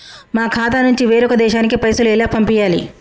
మా ఖాతా నుంచి వేరొక దేశానికి పైసలు ఎలా పంపియ్యాలి?